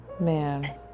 man